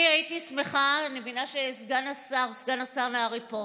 אני הייתי שמחה, אני מבינה שסגן השר נהרי פה,